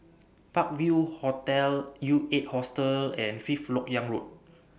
Park View Hotel U eight Hostel and Fifth Lok Yang Road